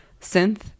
synth